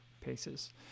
paces